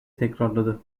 tekrarladı